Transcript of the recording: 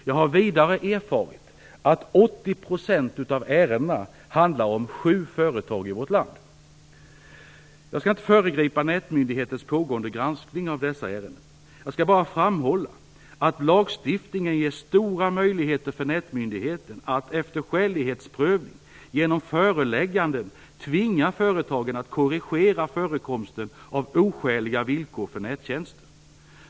Jag har vidare erfarit att ca 80 % av ärendena handlar om sju företag. Jag skall inte föregripa Nätmyndighetens pågående granskning av dessa ärenden. Jag skall bara framhålla att lagstiftningen ger stora möjligheter för Nätmyndigheten att, efter skälighetsprövning, genom förelägganden tvinga företagen att korrigera förekomsten av oskäliga villkor för nättjänster.